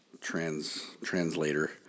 translator